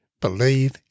Believe